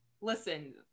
listen